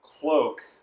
cloak